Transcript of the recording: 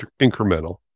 incremental